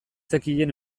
zekien